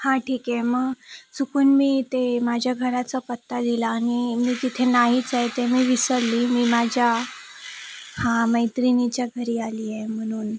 हां ठीक आहे मग चुकून मी ते माझ्या घराचा पत्ता लिहिला आणि मी तिथे नाहीच आहे ते मी विसरली मी माझ्या हां मैत्रिणीच्या घरी आली आहे म्हणून